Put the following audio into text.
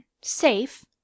Safe